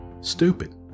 Stupid